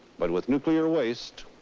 but with nuclear waste,